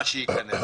מה שייכנס,